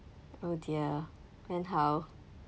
oh dear then how